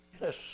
Yes